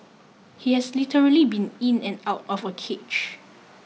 he has literally been in and out of a cage